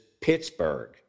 Pittsburgh